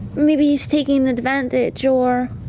maybe he's taking advantage or